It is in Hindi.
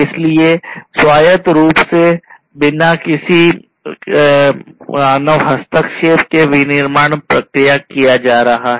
इसलिए स्वायत्त रूप से बिना किसी मानव के हस्तक्षेप के विनिर्माण किया जा रहा है